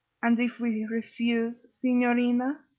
and if we refuse, signorina?